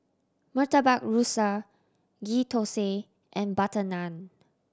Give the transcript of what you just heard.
Murtabak Rusa Ghee Thosai and butter naan